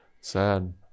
Sad